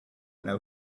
know